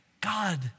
God